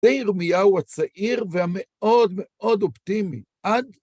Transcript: וירמיהו הצעיר והמאוד מאוד אופטימי, עד...